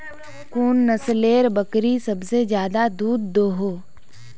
कुन नसलेर बकरी सबसे ज्यादा दूध दो हो?